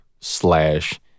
slash